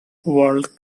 world